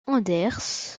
anders